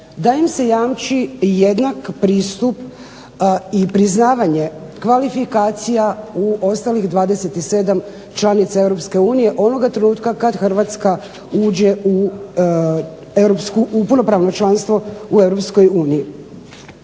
da im se jamči jednak pristup i priznavanje kvalifikacija u ostalih 27 članica Europske unije onoga trenutka kad Hrvatska uđe u punopravno članstvo u